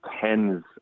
tens